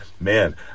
Man